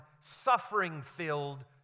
suffering-filled